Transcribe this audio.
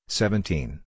seventeen